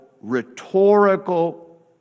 rhetorical